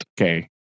Okay